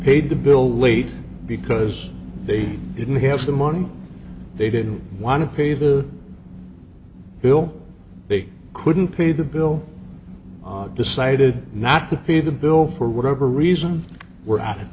paid the bill late because they didn't have the money they didn't want to pay the bill they couldn't pay the bill decided not to pay the bill for whatever reason were out of